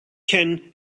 ken